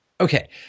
Okay